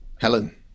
Helen